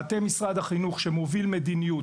מטה משרד החינוך שמוביל מדיניות,